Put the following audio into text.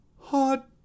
Hot